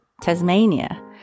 Tasmania